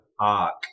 arc